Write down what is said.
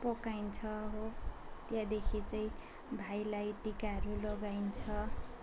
पकाइन्छ हो त्यहाँदेखि चाहिँ भाइलाई टिकाहरू लगाइन्छ